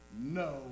no